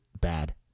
bad